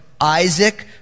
Isaac